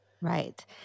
Right